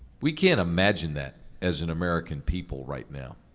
we can't imagine that, as an american people right now.